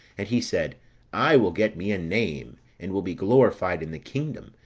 and he said i will get me a name, and will be glorified in the kingdom,